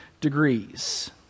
degrees